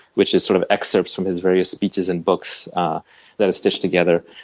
which is sort of excerpts from his various speeches and books that are stitched together.